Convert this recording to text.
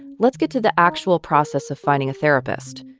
let's get to the actual process of finding a therapist,